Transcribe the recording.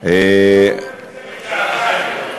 את זה בגאווה.